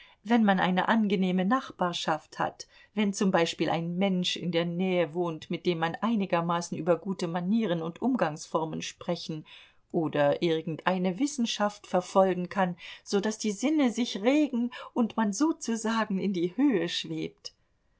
wenn man eine angenehme nachbarschaft hat wenn z b ein mensch in der nähe wohnt mit dem man einigermaßen über gute manieren und umgangsformen sprechen oder irgendeine wissenschaft verfolgen kann so daß die sinne sich regen und man sozusagen in die höhe schwebt